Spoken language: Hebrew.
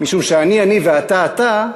משום שאני אני ואתה אתה,